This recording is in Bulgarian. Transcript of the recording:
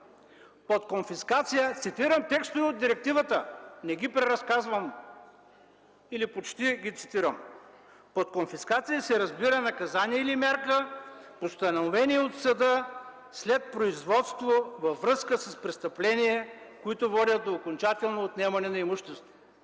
дела. Цитирам текстове, не ги преразказвам, а почти ги цитирам. Под конфискация се разбира наказание или мярка, постановени от съда след производство във връзка с престъпления, които водят до окончателно отнемане на имущество.